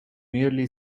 merely